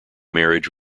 marriage